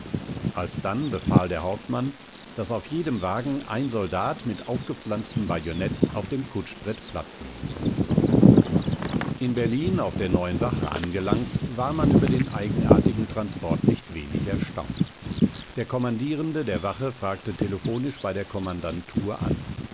alsdann befahl der hauptmann daß auf jedem wagen ein soldat mit aufgepflanztem bajonett auf dem kutschbrett platz nehme in berlin auf der neuen wache angelangt war man über den eigenartigen transport nicht wenig erstaunt der kommandierende der wache fragte telephonisch bei der kommandantur an